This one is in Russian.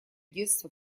детство